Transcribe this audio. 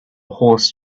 horse